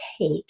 take